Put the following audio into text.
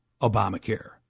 Obamacare